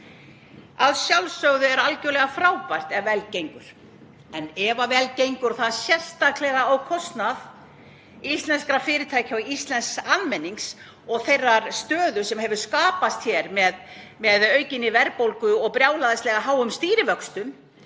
Að sjálfsögðu er algjörlega frábært ef vel gengur. En ef vel gengur og það sérstaklega á kostnað íslenskra fyrirtækja og íslensks almennings í þeirri stöðu sem hefur skapast hér með aukinni verðbólgu og brjálæðislega háum stýrivöxtum,